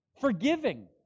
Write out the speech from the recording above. forgiving